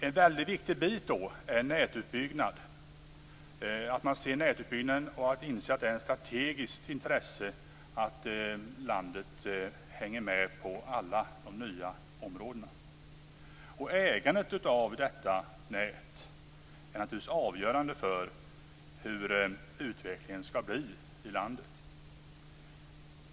En väldigt viktig bit är nätutbyggnaden och att man inser att det är ett strategiskt intresse att landet hänger med på alla de nya områdena. Ägandet av detta nät är naturligtvis avgörande för hur utvecklingen skall bli i landet.